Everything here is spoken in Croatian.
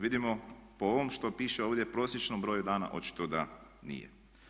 Vidimo po ovom što piše ovdje, prosječnom broju dana, očito da nije.